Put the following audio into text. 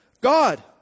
God